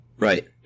Right